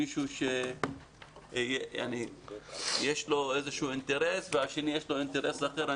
מישהו שיש לו איזשהו אינטרס ולשני יש אינטרס אחר.